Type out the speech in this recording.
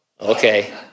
Okay